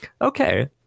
Okay